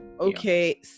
okay